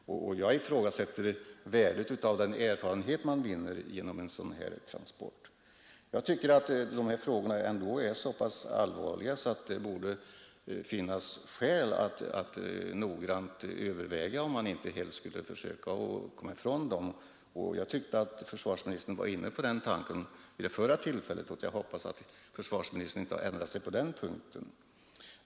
Likaså ifrågasätter jag värdet av den erfarenhet som vinns genom Jag tycker att dessa frågor är så pass allvarliga att det borde finnas skäl att noggrant överväga om man inte kan slopa cykeltolkningen. Jag tyckte också att försvarsministern förra gången var inne på den tanken, och jag hoppas att han inte har ändrat sig på den punkten.